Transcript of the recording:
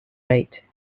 rate